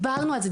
ודיברנו על זה,